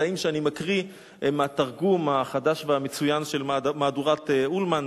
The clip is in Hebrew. הקטעים שאני מקריא הם מהתרגום החדש והמצוין של מהדורת אולמן.